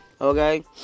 Okay